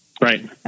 Right